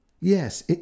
Yes